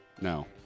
No